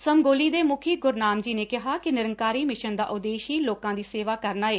ਸਮਗੋਲੀ ਦੇ ਮੁੱਖੀ ਗੁਰਨਾਮ ਜੀ ਨੇ ਕਿਹਾ ਕਿ ਨਿਰੰਕਾਰੀ ਮਿਸ਼ਨ ਦਾ ਉਦੇਸ਼ ਹੀ ਲੋਕਾਂ ਦੀ ਸੇਵਾ ਕਰਨਾ ਏ